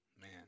man